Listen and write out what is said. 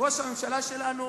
לראש הממשלה שלנו,